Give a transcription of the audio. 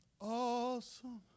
Awesome